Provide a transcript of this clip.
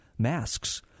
Masks